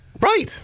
Right